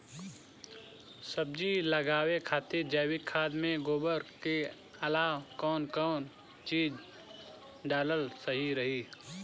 सब्जी उगावे खातिर जैविक खाद मे गोबर के अलाव कौन कौन चीज़ डालल सही रही?